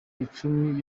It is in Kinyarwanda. icumi